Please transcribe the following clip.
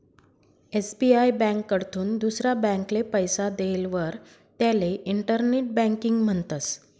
SBI ब्यांककडथून दुसरा ब्यांकले पैसा देयेलवर त्याले इंटर बँकिंग म्हणतस